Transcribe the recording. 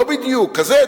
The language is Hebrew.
לא בדיוק כזה,